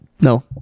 no